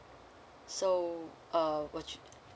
so uh what you